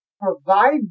provide